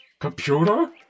Computer